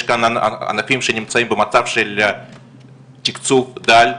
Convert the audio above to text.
יש כאן ענפים שנמצאים במצב של תיקצוב דל,